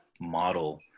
model